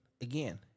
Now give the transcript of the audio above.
again